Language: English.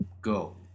Go